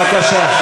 בבקשה.